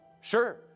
Sure